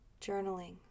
journaling